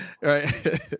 right